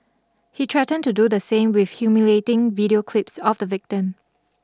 he threatened to do the same with humiliating video clips of the victim